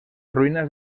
ruinas